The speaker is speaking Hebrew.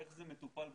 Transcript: איך זה מטופל צבא,